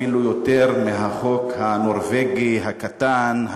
אפילו יותר מהחוק הנורבגי הקטן,